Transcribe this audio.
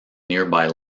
nearby